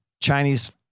Chinese